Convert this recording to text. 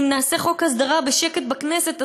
אם נעשה חוק הסדרה בשקט בכנסת,